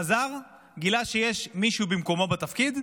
הוא חזר, גילה שיש מישהו במקומו בתפקיד,